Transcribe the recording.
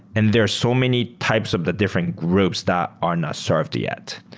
and there are so many types of the different groups that are not served yet.